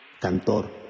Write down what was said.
Cantor